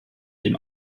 dem